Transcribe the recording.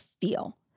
feel